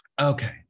Okay